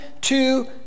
two